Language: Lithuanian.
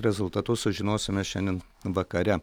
rezultatus sužinosime šiandien vakare